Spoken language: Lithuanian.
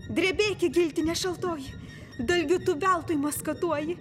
drebėki giltine šaltoji dalgiu tu veltui maskatuoji